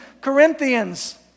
Corinthians